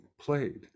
played